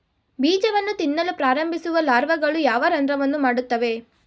ಬೀಜವನ್ನು ತಿನ್ನಲು ಪ್ರಾರಂಭಿಸುವ ಲಾರ್ವಾಗಳು ಯಾವ ರಂಧ್ರವನ್ನು ಮಾಡುತ್ತವೆ?